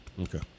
Okay